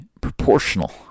proportional